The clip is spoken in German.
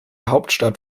hauptstadt